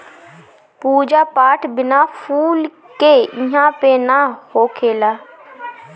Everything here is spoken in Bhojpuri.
पूजा पाठ बिना फूल के इहां पे ना होखेला